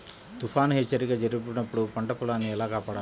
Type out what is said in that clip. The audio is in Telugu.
తుఫాను హెచ్చరిక జరిపినప్పుడు పంట పొలాన్ని ఎలా కాపాడాలి?